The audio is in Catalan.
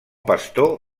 pastor